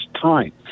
time